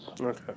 Okay